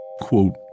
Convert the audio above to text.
quote